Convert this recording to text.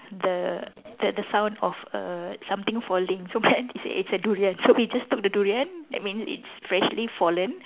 the the the sound of err something falling so then they say it's a durian so we just took the durian I mean it's freshly fallen